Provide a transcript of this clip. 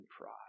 pride